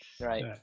right